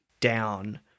down